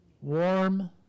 warm